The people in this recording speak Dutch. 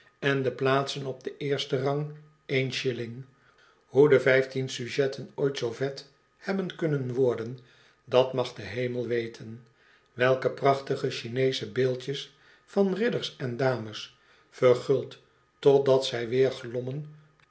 en de plaatsen op den eersten rang één shilling hoe de vijftien sujetten ooit zoo vet hebben kunnen worden dat mag de hemel weten welke prachtige ohineesche beeldjes van ridders en dames verguld totdat zij weer glommen